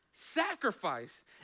sacrifice